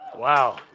Wow